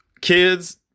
kids